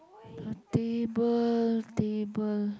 table table